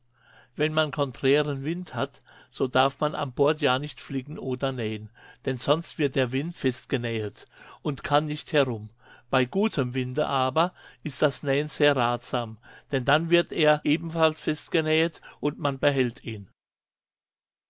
wenn man conträren wind hat so darf man am bord ja nicht flicken oder nähen denn sonst wird der wind festgenähet und kann nicht herum bei gutem winde aber ist das nähen sehr rathsam denn dann wird er ebenfalls festgenähet und man behält ihn